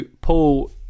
Paul